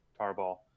tarball